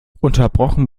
unterbrochen